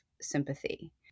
sympathy